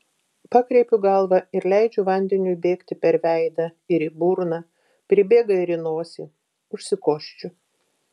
pakreipiu galvą ir leidžiu vandeniui bėgti per veidą ir į burną pribėga ir į nosį užsikosčiu